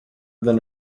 than